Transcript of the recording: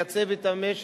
כיוון שזה מייצב את המשק,